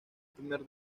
primer